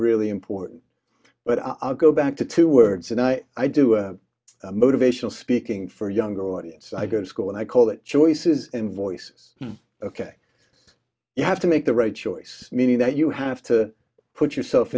really important but i'll go back to two words and i i do motivational speaking for younger audience i go to school and i call it choices in voices ok you have to make the right choice meaning that you have to put yourself